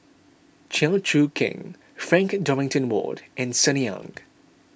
Chew Choo Keng Frank Dorrington Ward and Sunny Ang